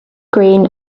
green